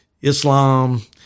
Islam